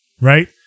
right